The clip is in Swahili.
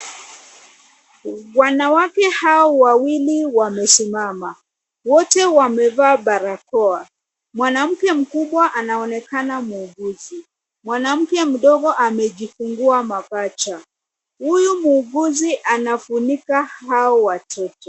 Wanawake hawa wawili wamesimama. Wote wamevaa barakoa. Mwanamke mkubwa anaonekana muuguzi. Mwanamke mdogo amejifungua mapacha. Huyu muuguzi anafunika hao watoto.